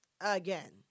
again